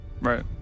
right